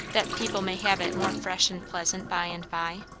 that people may have it more fresh and pleasant by and by.